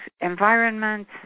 environment